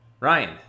Ryan